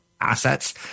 assets